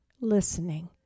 listening